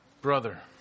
brother